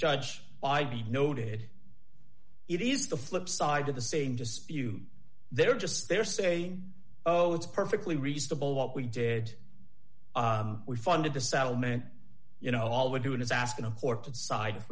id noted it is the flip side of the saying just you they're just they're saying oh it's perfectly reasonable what we did we funded the settlement you know all we're doing is asking a court to decide if